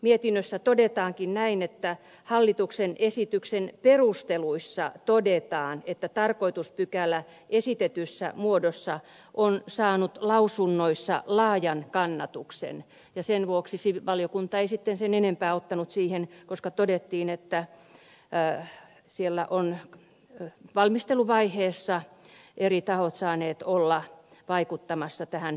mietinnössä todetaankin näin että hallituksen esityksen perusteluissa todetaan että tarkoituspykälä esitetyssä muodossa on saanut lausunnoissa laajan kannatuksen ja sen vuoksi valiokunta ei sitten sen enempää ottanut siihen kantaa koska todettiin että siellä ovat valmisteluvaiheessa eri tahot saaneet olla vaikuttamassa tähän pykälämuotoiluun